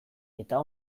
eta